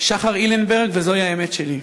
מעדותו של שחר אילנברג: וזוהי האמת שלי,